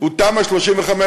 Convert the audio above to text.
הוא תמ"א 35,